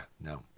no